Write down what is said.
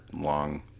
long